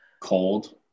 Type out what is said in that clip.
cold